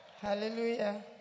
hallelujah